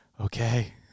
okay